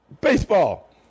baseball